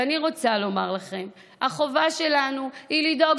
ואני רוצה לומר לכם שהחובה שלנו היא לדאוג